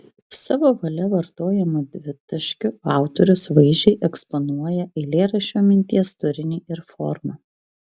savo valia vartojamu dvitaškiu autorius vaizdžiai eksponuoja eilėraščio minties turinį ir formą